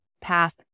path